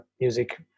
music